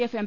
F M